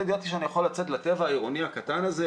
ידעתי שאני יכול לצאת לטבע העירוני הקטן הזה,